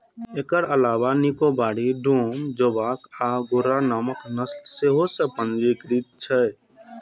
एकर अलावे निकोबारी, डूम, जोवॉक आ घुर्राह नामक नस्ल सेहो पंजीकृत छै